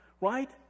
Right